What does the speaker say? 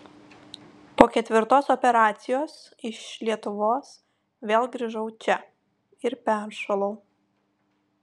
po ketvirtos operacijos iš lietuvos vėl grįžau čia ir peršalau